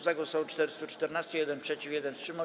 Za głosowało 414, 1 przeciw, 1 wstrzymał się.